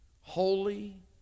holy